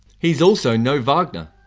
he's also no wagner.